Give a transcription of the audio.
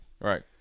Right